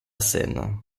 seine